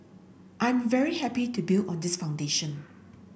I'm very happy to build on this foundation